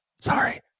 Sorry